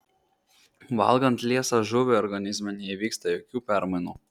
valgant liesą žuvį organizme neįvyksta jokių permainų